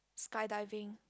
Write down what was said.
sky diving